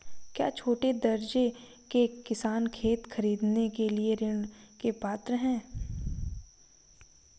क्या छोटे दर्जे के किसान खेत खरीदने के लिए ऋृण के पात्र हैं?